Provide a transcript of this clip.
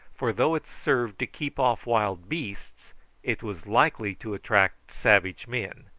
for though it served to keep off wild beasts it was likely to attract savage men,